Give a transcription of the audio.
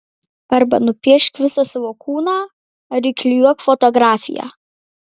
arba nupiešk visą savo kūną ar įklijuok fotografiją